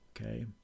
okay